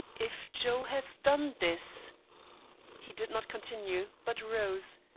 if joe has done this he did not continue, but rose,